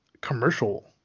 commercial